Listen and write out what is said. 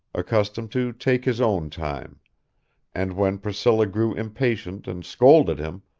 accustomed to take his own time and when priscilla grew impatient and scolded him,